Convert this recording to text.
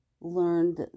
learned